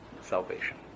salvation